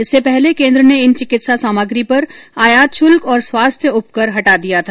इससे पहले केंद्र ने इन चिकित्सा सामग्री पर आयात शुल्क और स्वास्थ्य उपकर हटा दिया था